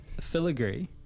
filigree